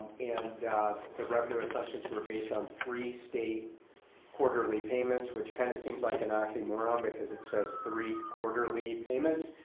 and and the revenue assumptions were based on three state quarterly payments, which kind of seems like an oxymoron because it says three quarterly payments,